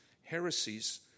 heresies